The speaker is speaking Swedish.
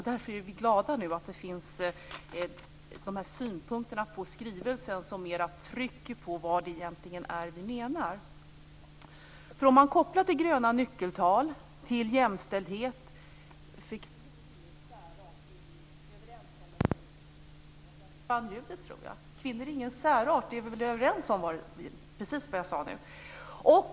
Därför är vi glada för att det finns synpunkter på skrivelsen som mera trycker på vad det är vi menar. Om vi kopplar gröna nyckeltal till jämställdhet, kan vi vara överens om att kvinnor inte är någon särart.